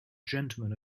gentleman